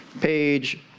page